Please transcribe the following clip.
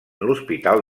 l’hospital